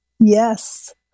Yes